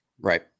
Right